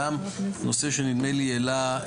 גם הנושא שנדמה לי העלה,